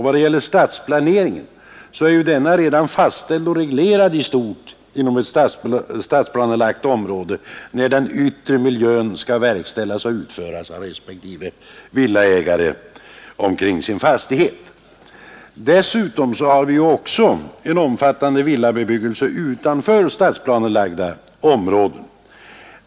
Vad beträffar stadsplaneringen är denna fastställd och reglerad i stort inom ett stadsplanelagt område, när den yttre miljön skall utformas av respektive villaägare omkring hans fastighet. Dessutom har vi en omfattande villabebyggelse utanför stadsplanelagda områden.